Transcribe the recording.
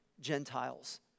Gentiles